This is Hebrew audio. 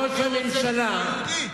ראש הממשלה,